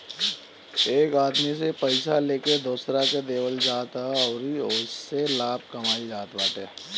एक आदमी से पइया लेके दोसरा के देवल जात ह अउरी ओसे लाभ कमाइल जात बाटे